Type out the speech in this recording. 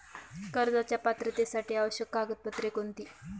कर्जाच्या पात्रतेसाठी आवश्यक कागदपत्रे कोणती?